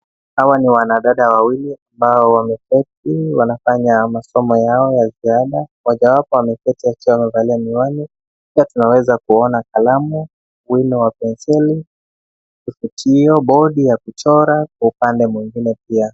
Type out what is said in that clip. Hawa ni wanadada Wawili ambao wameketi wanafanya masomo yao ya ziada. mmoja wao wameketi akiwa amevalia miwani. Pia tunaeza kuona kalamu, wino wa penseli, kifutio, bodi ya kuchora iko upande mwingine pia